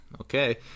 Okay